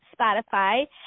Spotify